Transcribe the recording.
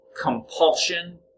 compulsion